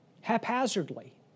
haphazardly